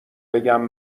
بگم